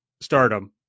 stardom